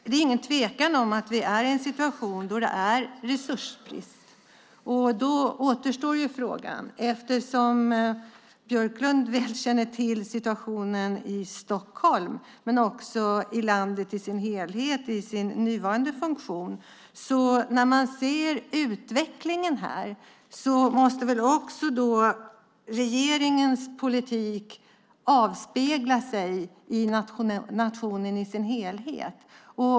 Det är ingen tvekan om att vi är i en situation då det råder resursbrist. Björklund känner väl till situationen i Stockholm men också, i sin nuvarande funktion, i landet i sin helhet. När man ser utvecklingen måste väl också regeringens politik avspeglas i nationen i sin helhet.